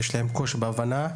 שיש להם קושי בהבנה.